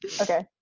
Okay